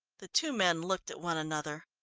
the two men looked at one another.